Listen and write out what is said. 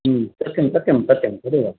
सत्यं सत्यं सत्यं तदेव